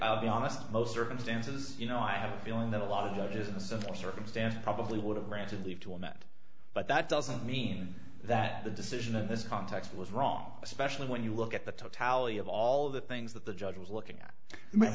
i'll be honest most circumstances you know i have a feeling that a lot of the business of the circumstance probably would have granted leave to him that but that doesn't mean that the decision in this context was wrong especially when you look at the totality of all of the things that the judge was looking at